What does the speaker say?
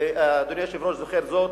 אדוני היושב-ראש זוכר זאת,